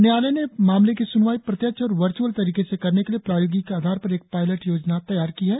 न्यायालय ने मामलों की स्नवाई प्रत्यक्ष और वर्चअल तरीके से करने के लिए प्रायोगिक आधार पर एक पायलट योजना तैयार की है